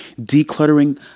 decluttering